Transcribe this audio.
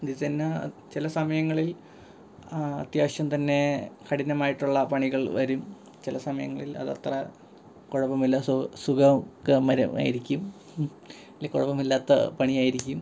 ഇത് തന്നെ ചില സമയങ്ങളിൽ അത്യാവശ്യം തന്നെ കഠിനമായിട്ടുള്ള പണികൾ വരും ചില സമയങ്ങളിൽ അത് അത്ര കുഴപ്പമില്ല സുഖകരമായിരിക്കും വലിയ കുഴപ്പമില്ലാത്ത പണിയായിരിക്കും